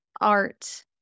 art